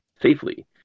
safely